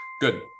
good